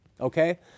okay